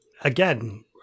again